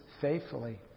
faithfully